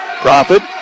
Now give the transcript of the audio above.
Profit